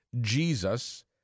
Jesus